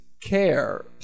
care